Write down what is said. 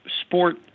sport